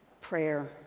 prayer